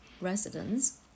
residents